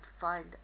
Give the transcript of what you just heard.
find